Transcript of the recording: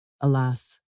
Alas